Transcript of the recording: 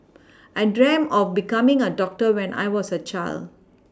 I dreamt of becoming a doctor when I was a child